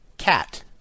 cat